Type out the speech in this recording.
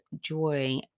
joy